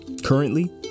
Currently